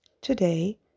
Today